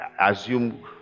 assume